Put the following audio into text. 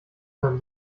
sein